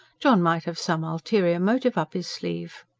john might have some ulterior motive up his sleeve.